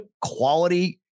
quality